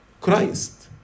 Christ